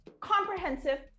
comprehensive